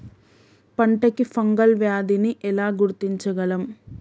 పంట కి ఫంగల్ వ్యాధి ని ఎలా గుర్తించగలం?